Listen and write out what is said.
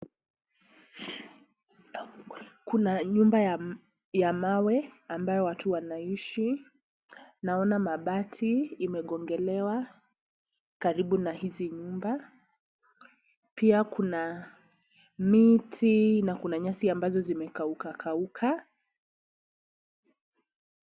Kuna nyumba ya mawe ambayo watu wanaishi. Naona mabati imegongelewa karibu na hizi nyumba. Pia kuna miti na kuna nyasi ambazo zimekauka kauka.